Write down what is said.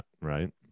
right